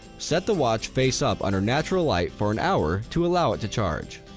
set the watch face up under natural light for an hour to allow it to charge.